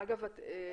אגב, אני